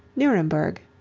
nuremberg